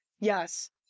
Yes